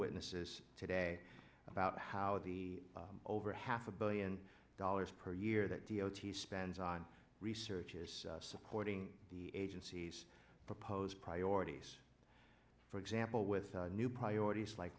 witnesses today about how the over half a billion dollars per year that d o t spends on research is supporting the agency's proposed priorities for example with new priorities like